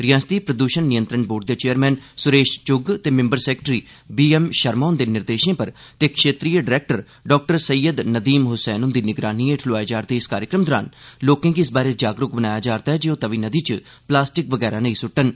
रिआसती प्रदूषण नियंत्रण बोर्ड दे चेयरमैन सुरेश चुग ते member secretary B M Sharma हुंदे निर्देषें पर ते क्षेत्रीय डरैक्टर डाक्टर सैयद नदीम हुसैन हुंदी निगरानी हेठ लोआए जा'रदे इस कार्यक्रम दौरान लोकें गी इस बारै जागरूक बनाया जा'रदा ऐ जे ओह् तवी नदी च प्लास्टिक वगैरा नेई सुट्टन